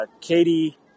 Katie